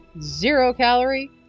zero-calorie